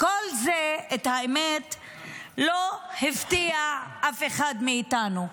כל זה לא הפתיע אף אחד מאיתנו,